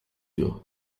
you